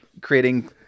creating